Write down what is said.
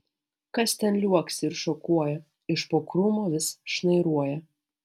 kas ten liuoksi ir šokuoja iš po krūmo vis šnairuoja